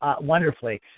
wonderfully